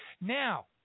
Now